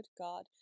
God